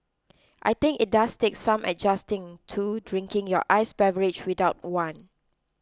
I think it does take some adjusting to drinking your iced beverage without one